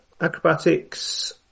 Acrobatics